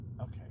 okay